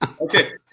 Okay